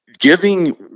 giving